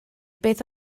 beth